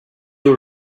were